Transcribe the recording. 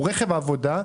הוא רכב עבודה,